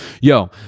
yo